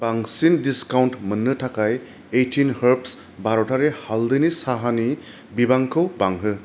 बांसिन डिसकाउन्ट मोन्नो थाखाय ओइटिन हार्ब्स भारतारि हाल्दैनि साहानि बिबांखौ बांहो